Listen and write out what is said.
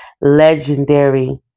legendary